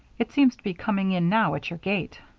it seems to be coming in now at your gate.